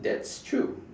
that's true